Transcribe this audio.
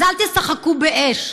אז אל תשחקו באש.